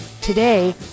Today